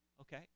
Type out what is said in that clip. okay